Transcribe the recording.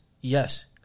Yes